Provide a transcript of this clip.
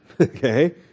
okay